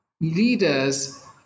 leaders